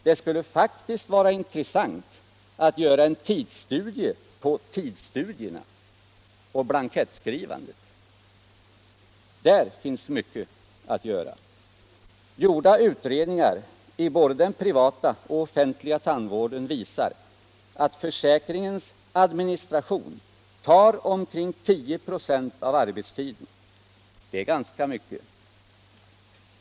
Det skulle faktiskt vara intressant att göra en tidsstudie på tidsstudierna och blankettskrivandet. Där finns mycket att göra. Utredningar i både den privata och offentliga tandvården visar att administrerandet av försäkringen tar omkring 10 96 av arbetstiden. Det är ganska mycket.